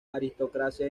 aristocracia